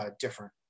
different